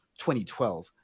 2012